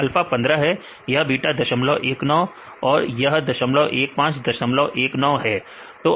तो अल्फा 15 है यह बीटा 019 है और यह 015 019 है